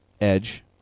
Edge